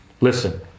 Listen